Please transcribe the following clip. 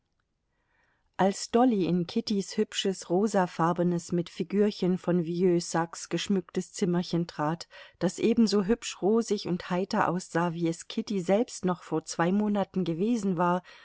als dolly in kittys hübsches rosafarbenes mit figürchen von vieux saxe geschmücktes zimmerchen trat das ebenso hübsch rosig und heiter aussah wie es kitty selbst noch vor zwei monaten gewesen war